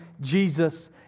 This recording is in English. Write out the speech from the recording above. Jesus